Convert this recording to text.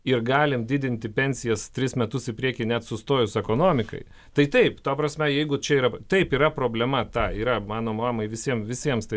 ir galim didinti pensijas tris metus į priekį net sustojus ekonomikai tai taip ta prasme jeigu čia yra taip yra problema ta yra mano mamai visiem visiems tai